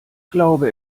glaube